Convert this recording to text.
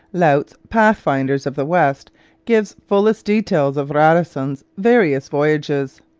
laut's pathfinders of the west gives fullest details of radisson's various voyages.